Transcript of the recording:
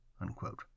unquote